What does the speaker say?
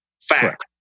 Fact